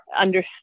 understood